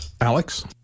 Alex